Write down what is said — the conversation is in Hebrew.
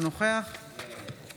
אינו נוכח